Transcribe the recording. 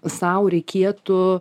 sau reikėtų